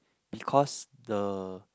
because the